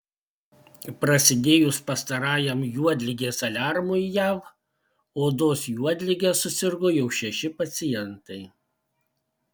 prasidėjus pastarajam juodligės aliarmui jav odos juodlige susirgo jau šeši pacientai